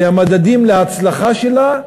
והמדדים להצלחה שלה: